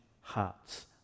hearts